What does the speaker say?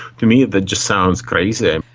to me that just sounds crazy.